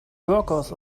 workers